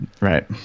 right